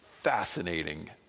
Fascinating